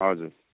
हजुर